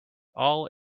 all